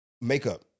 Makeup